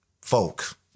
folk